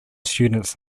students